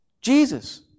Jesus